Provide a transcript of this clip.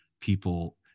people